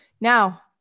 Now